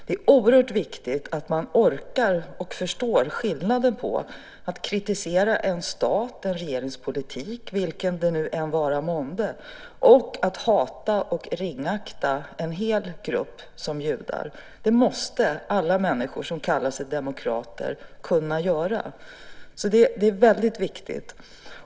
Det är oerhört viktigt att man orkar förstå skillnaden mellan att kritisera en stat, en regerings politik vilken den än vara månde, och att hata och ringakta en hel grupp som judar. Det måste alla människor som kallar sig demokrater kunna göra. Det är väldigt viktigt.